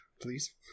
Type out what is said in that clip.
please